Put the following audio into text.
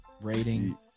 Rating